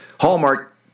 Hallmark